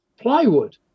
plywood